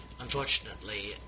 Unfortunately